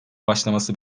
başlaması